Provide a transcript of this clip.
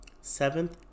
Seventh